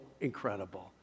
incredible